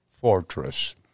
Fortress